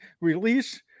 release